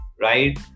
right